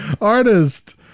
artist